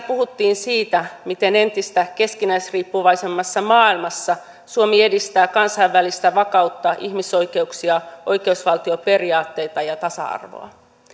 puhuttiin siitä miten entistä keskinäisriippuvaisemmassa maailmassa suomi edistää kansainvälistä vakautta ihmisoikeuksia oikeusvaltioperiaatteita ja tasa arvoa